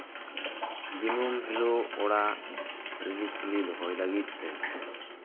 ᱫᱤᱱᱟᱹᱢ ᱦᱤᱞᱳᱜ ᱚᱲᱟᱜ ᱨᱤᱞᱤᱯᱷᱤᱞᱤ ᱫᱚᱦᱚᱭ ᱞᱟᱹᱜᱤᱫᱛᱮ